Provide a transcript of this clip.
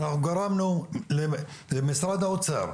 אנחנו גרמנו למשרד האוצר,